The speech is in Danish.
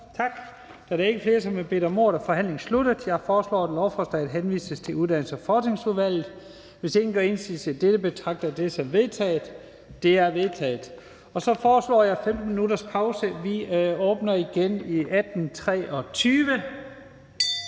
Tak. Da der ikke er flere, som har bedt om ordet, er forhandlingen sluttet. Jeg foreslår, at lovforslaget henvises til Uddannelses- og Forskningsudvalget. Hvis ingen gør indsigelse mod dette, betragter jeg det som vedtaget. Det er vedtaget. Så foreslår jeg 15 minutters pause. Vi åbner mødet igen kl. 18.23.